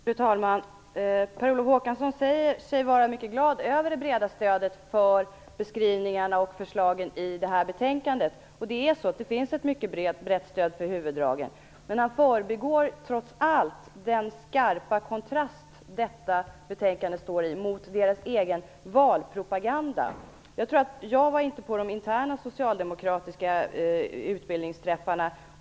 Fru talman! Per Olof Håkansson säger sig vara mycket glad över det breda stödet för beskrivningarna och förslagen i det här betänkandet. Det är så. Det finns ett mycket brett stöd för huvuddragen i det, men han förbigår trots allt den skarpa kontrast som finns mellan detta betänkade och deras egen valpropaganda. Jag var inte på de interna socialdemokratiska utbildningsträffarna.